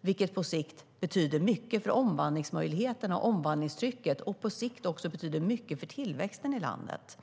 Det betyder mycket för omvandlingsmöjligheterna och omvandlingstrycket, och på sikt betyder det också mycket för tillväxten i landet.